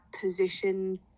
position